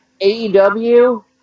AEW